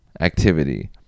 activity